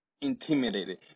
intimidated